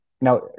now